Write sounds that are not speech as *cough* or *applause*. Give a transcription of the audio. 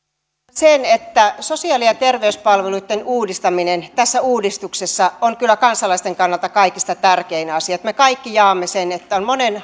sen että sosiaali ja terveyspalveluitten uudistaminen tässä uudistuksessa on kyllä kansalaisten kannalta kaikista tärkein asia me kaikki jaamme sen monen *unintelligible*